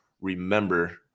remember